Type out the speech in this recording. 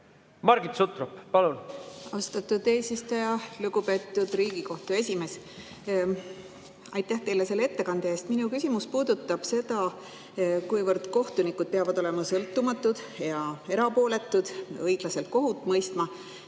Margit Sutrop, palun!